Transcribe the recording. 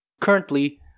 Currently